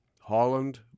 Holland